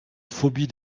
phobie